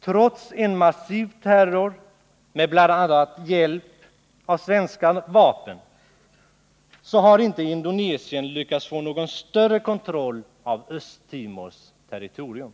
Trots en massiv terror, bl.a. med hjälp av svenska vapen, har inte Indonesien lyckats få någon större kontroll över Östtimors territorium.